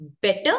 better